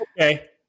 okay